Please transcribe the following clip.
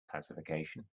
classification